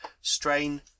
strain